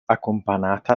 akompanata